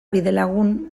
bidelagun